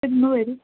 എന്നു വരും